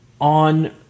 on